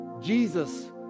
Jesus